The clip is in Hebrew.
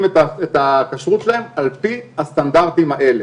את הכשרות שלהם על פי הסטנדרטים האלה.